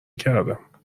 کردم